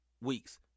weeks